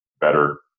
better